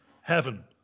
heaven